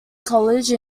college